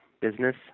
business